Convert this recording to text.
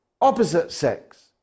opposite-sex